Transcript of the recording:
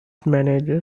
manager